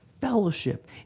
fellowship